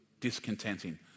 discontenting